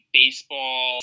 baseball